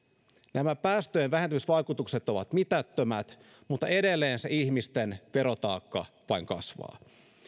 nämä päästöjenvähentymisvaikutukset ovat mitättömät mutta edelleen ihmisten verotaakka vain kasvaa